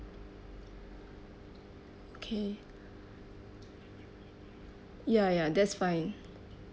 okay ya ya that's fine